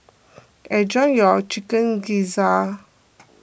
enjoy your Chicken Gizzard